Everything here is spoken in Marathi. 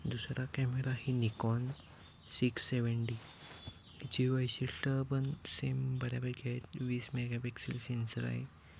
दुसरा कॅमेरा ही निकॉन सिक्स सेवंटी जीवायशील पण सेम बऱ्यापैकी आहेत वीस मेगा पिक्सेल सेन्सर आहे